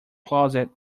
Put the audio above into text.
closet